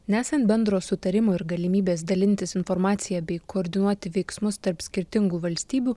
nesant bendro sutarimo ir galimybės dalintis informacija bei koordinuoti veiksmus tarp skirtingų valstybių